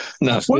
no